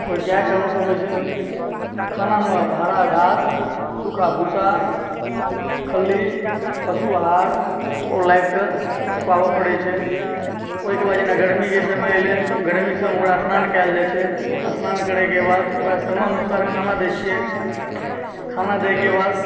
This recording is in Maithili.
ओहिगायके हमसभ जे छै न खानामे हरा घास सूखा भुस्सा खल्ली पशु आहार ओ लाबिकऽ खुआबऽ परैत छै ओहिके बाद जेना गर्मीके समय एलय गर्मीके समय ओकरा स्नान करायल जाइ छै स्नान करयके बाद ओकरा समय अनुसार खाना दैत छियै खाना दयके बाद